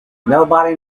nobody